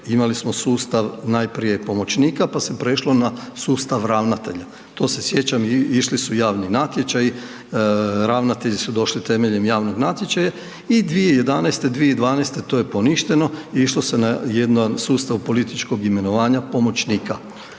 imali smo sustav, najprije pomoćnika, pa se prešlo na sustav ravnatelja. To se sjećam, išli su javni natječaji, ravnatelji su došli temeljem javnog natječaja i 2011., 2012., to je poništeno i išlo se jedan sustav političkog imenovanja pomoćnika.